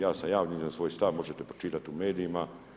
Ja sam javno iznio svoj stav, možete pročitati u medijima.